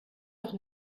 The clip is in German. doch